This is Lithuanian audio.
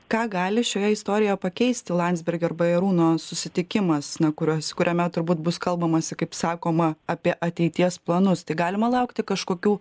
ką gali šioje istorijoje pakeisti landsbergio ir bajarūno susitikimas na kurio kuriame turbūt bus kalbamasi kaip sakoma apie ateities planus tai galima laukti kažkokių